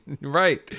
Right